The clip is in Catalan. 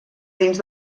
dins